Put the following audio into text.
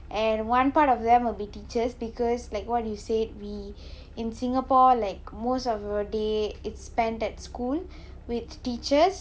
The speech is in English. and one part of them will be teachers because like what you said we in singapore like most of our day it's spent at school with teachers and